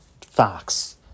facts